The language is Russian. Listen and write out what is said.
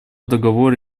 договора